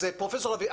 פרופ' לביא,